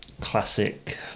classic